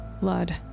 blood